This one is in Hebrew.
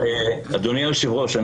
אדוני היושב ראש,